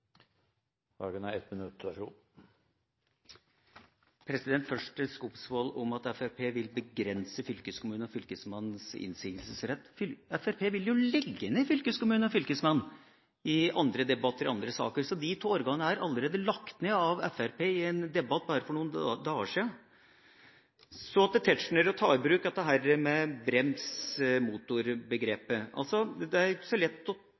Først noen ord til Skumsvoll om at Fremskrittspartiet vil begrense fylkeskommunens og fylkesmannens innsigelsesrett. Fremskrittspartiet vil jo i andre debatter og i andre saker legge ned fylkeskommune og Fylkesmann, så de to organene er allerede lagt ned av Fremskrittspartiet i en debatt for bare noen dager siden. Så til Tetzschner: Å ta i bruk dette med brems/motorbegrepet. Tekst- og taletolking er